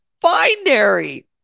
binary